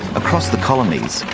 across the colonies,